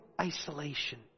isolation